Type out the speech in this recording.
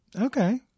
Okay